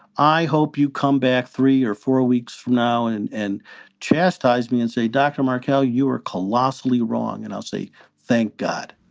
i hope you come back three or four weeks from now and and chastise me and say, dr. markelle, you are colossally wrong. and i'll say thank god